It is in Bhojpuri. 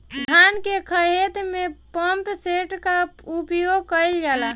धान के ख़हेते में पम्पसेट का उपयोग कइल जाला?